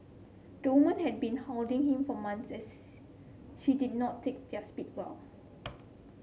the woman had been hounding him for months as she did not take their split well